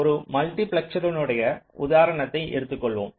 ஒரு மல்டிபிளெக்சரினுடைய உதாரணத்தை எடுத்துக் கொள்வோம்